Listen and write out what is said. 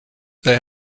they